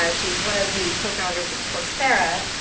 yeah she's one of the co-founders of coursera,